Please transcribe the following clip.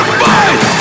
fight